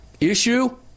Issue